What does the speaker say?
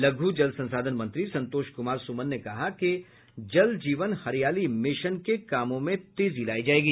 लघु जल संसाधन मंत्री संतोष कुमार सुमन ने कहा कि जल जीवन हरियाली मिशन के कामों में तेजी लायी जायेगी